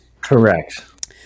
Correct